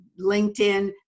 LinkedIn